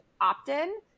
opt-in